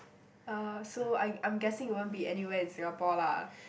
uh so I I'm guessing it won't be anywhere in Singapore lah